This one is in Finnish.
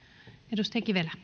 arvoisa puhemies